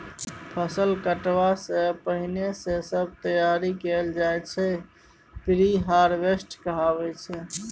फसल कटबा सँ पहिने जे सब तैयारी कएल जाइत छै प्रिहारवेस्ट कहाबै छै